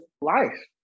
life